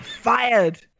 fired